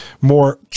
more